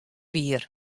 wier